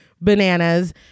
bananas